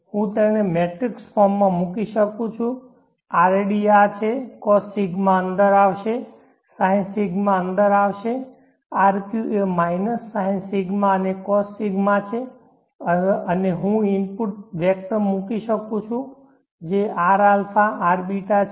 હું તેને મેટ્રિક્સ ફોર્મમાં મૂકી શકું છું rd આ છે cosρઅંદર આવશે sinρ અંદર આવશે rq એ માઇનસ sinρ અને cosρ છે અને હું ઇનપુટ વેક્ટર મૂકી શકું છું જે rα rβ છે